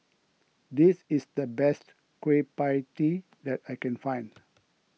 this is the best Kueh Pie Tee that I can find